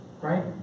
Right